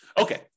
Okay